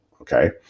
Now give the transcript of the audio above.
Okay